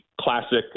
classic